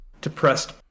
depressed